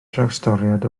drawstoriad